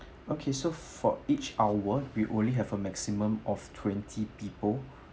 okay so for each hour we only have a maximum of twenty people